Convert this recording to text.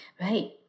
Right